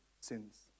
sins